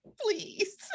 Please